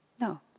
No